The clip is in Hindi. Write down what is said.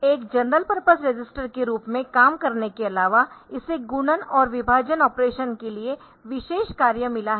एक जनरल पर्पस रजिस्टर के रूप में काम करने के अलावा इसे गुणन और विभाजन ऑपरेशन के लिए विशेष कार्य मिला है